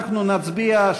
אנחנו נצביע,